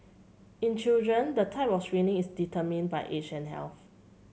in children the type of screening is determined by age and health